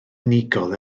unigol